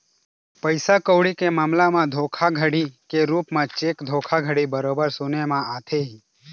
पइसा कउड़ी के मामला म धोखाघड़ी के रुप म चेक धोखाघड़ी बरोबर सुने म आथे ही